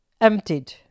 emptied